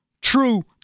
true